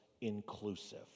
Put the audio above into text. inclusive